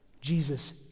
Jesus